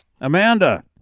Amanda